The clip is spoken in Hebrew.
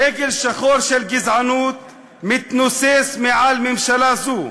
דגל שחור של גזענות מתנוסס מעל ממשלה זו.